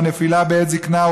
או נפילה בעת זקנה,